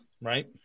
right